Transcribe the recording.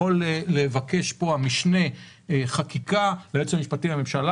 יכול לבקש פה המשנה ליועץ המשפטי לממשלה,